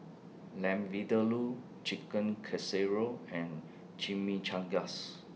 Lamb Vindaloo Chicken Casserole and Chimichangas